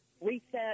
reset